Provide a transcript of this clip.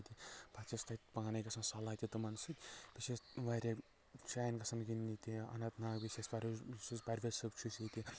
پَتہٕ چھُ اَسہِ تتہِ پانے گژھان صلح تہِ تِمن سۭتۍ بیٚیہِ چھِ اسہِ واریاہ جاین گژھان گنٛدنہِ تہِ اَننت ناگ بیٚیہِ چھُ پروے یُس اَسہِ پرویز صٲب چھُ اسہِ ییٚتہِ